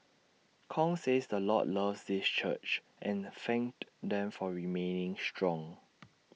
Kong says the Lord loves this church and thanked them for remaining strong